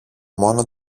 μόνο